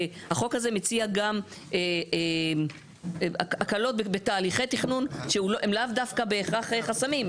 החוק הזה מציע גם הקלות בתהליכי תכנון שהם לאו דווקא בהכרח חסמים.